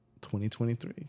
2023